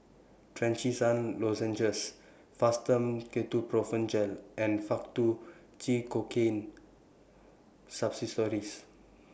Trachisan Lozenges Fastum Ketoprofen Gel and Faktu Cinchocaine Suppositories